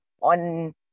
On